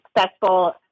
successful